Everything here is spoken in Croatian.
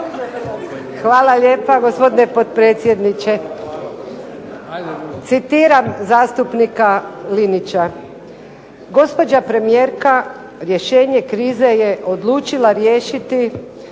Hvala lijepa gospodine potpredsjedniče. Citiram zastupnika Linića: "Gospođa premijerka rješenje krize je odlučila riješiti